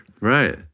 Right